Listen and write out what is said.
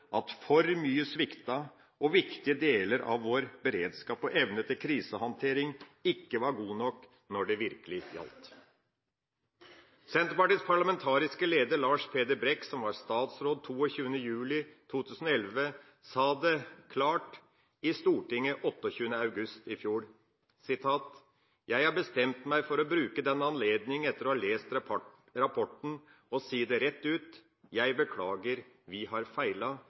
at for mye sviktet, og at viktige deler av vår beredskap og evne til krisehåndtering ikke var god nok når det virkelig gjaldt. Senterpartiets parlamentariske leder, Lars Peder Brekk, som var statsråd 22. juli 2011, sa det klart i Stortinget 28. august i fjor: «[…] jeg har bestemt meg for å bruke denne anledningen, etter å ha lest rapporten, til å si rett ut: Jeg beklager. Vi har